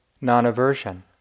non-aversion